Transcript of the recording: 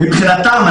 מבחינתם.